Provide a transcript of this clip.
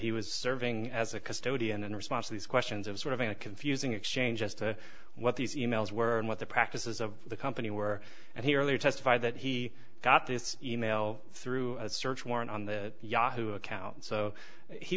he was serving as a custodian in response to these questions of sort of a confusing exchange as to what these e mails were and what the practices of the company were and he earlier testified that he got this e mail through a search warrant on the yahoo account so he